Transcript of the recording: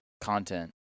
content